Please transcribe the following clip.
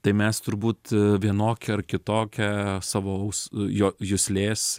tai mes turbūt vienokią ar kitokią savo aus jo juslės